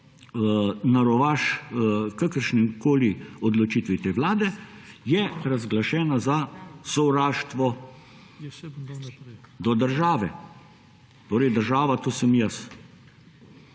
na rovaš kakršnekoli odločitvi te vlade, je razglašena za sovraštvo do države. Torej država, to sem jaz.